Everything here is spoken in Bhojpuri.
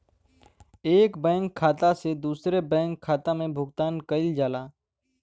एक बैंक खाता से दूसरे बैंक खाता में भुगतान कइल जाला